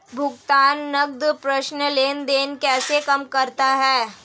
भुगतान नकद प्रेषण लेनदेन कैसे काम करता है?